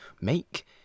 make